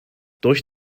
durch